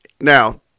now